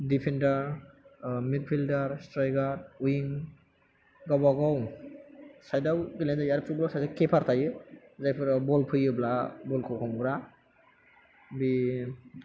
defender midfielder striker wing गावबागाव side आव गेलेनाय जायो आरो फुटबल आव सासे किपार थायो जायफोरा बल फैयोबा बल खौ हमग्रा बे